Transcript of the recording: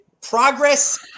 progress